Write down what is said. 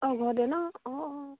অঁ ঘৰতে ন অঁ অঁ